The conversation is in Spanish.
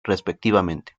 respectivamente